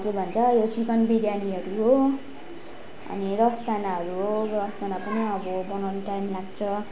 के भन्छ यो चिकन विरयानीहरू हो अनि रसदानाहरू हो रसदाना पनि अब बनाउनु टाइम लाग्छ